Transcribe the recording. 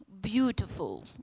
beautiful